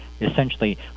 essentially